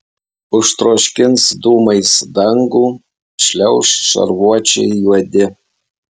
užtroškins dūmais dangų šliauš šarvuočiai juodi